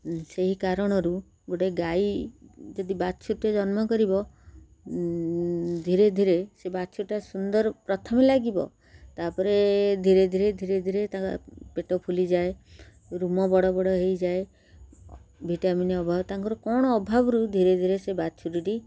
ସେହି କାରଣରୁ ଗୋଟେ ଗାଈ ଯଦି ବାଛୁରୀଟେ ଜନ୍ମ କରିବ ଧୀରେ ଧୀରେ ସେ ବାଛୁରୀଟା ସୁନ୍ଦର ପ୍ରଥମେ ଲାଗିବ ତା'ପରେ ଧୀରେ ଧୀରେ ଧୀରେ ଧୀରେ ତାଙ୍କ ପେଟ ଫୁଲିଯାଏ ରୁମ ବଡ଼ ବଡ଼ ହେଇଯାଏ ଭିଟାମିନ୍ ଅଭାବ ତାଙ୍କର କ'ଣ ଅଭାବରୁ ଧୀରେ ଧୀରେ ସେ ବାଛୁରୀଟି